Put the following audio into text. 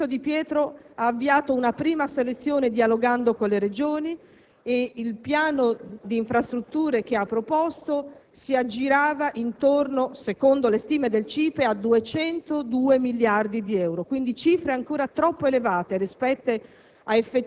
Il ministro Di Pietro ha avviato una prima selezione dialogando con le Regioni e il piano di infrastrutture che ha proposto si aggirava, secondo le stime del CIPE, intorno a 202 miliardi di euro, quindi cifre ancora troppo elevate rispetto